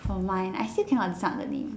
for mine I still cannot decide on the name